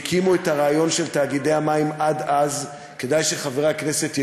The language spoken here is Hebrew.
עד שהקימו את הרעיון של תאגידי המים כדאי שחברי הכנסת ידעו,